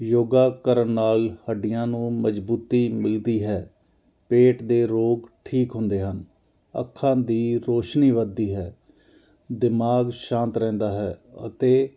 ਯੋਗਾ ਕਰਨ ਨਾਲ ਹੱਡੀਆਂ ਨੂੰ ਮਜ਼ਬੂਤੀ ਮਿਲਦੀ ਹੈ ਪੇਟ ਦੇ ਰੋਗ ਠੀਕ ਹੁੰਦੇ ਹਨ ਅੱਖਾਂ ਦੀ ਰੋਸ਼ਨੀ ਵਧਦੀ ਹੈ ਅਤੇ ਦਿਮਾਗ ਸ਼ਾਂਤ ਰਹਿੰਦਾ ਹੈ ਅਤੇ